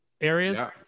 areas